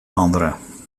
andere